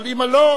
אבל אם לא,